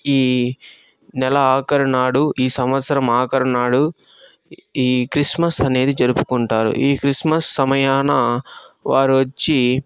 ఈ నెల ఆఖరి నాడు ఈ సంవత్సరం ఆఖరి నాడు ఈ క్రిస్మస్ అనేది జరుపుకుంటారు ఈ క్రిస్మస్ సమయాన వారొచ్చి